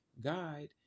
guide